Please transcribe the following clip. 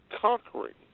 conquering